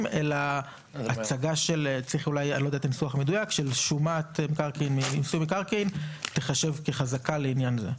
אלא שהצגת שומת מיסוי מקרקעין תחשב כחזקה לעניין זה.